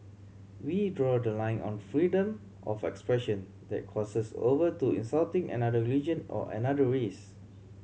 we draw the line on freedom of expression that crosses over to insulting another religion or another race